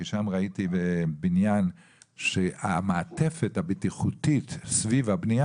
שם ראיתי בניין שהמעטפת הבטיחותית סביב הבנייה,